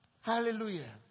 Hallelujah